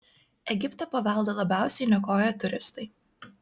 egipto paveldą labiausiai niokoja turistai